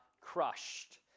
crushed